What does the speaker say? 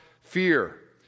fear